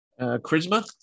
Charisma